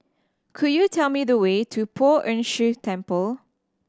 could you tell me the way to Poh Ern Shih Temple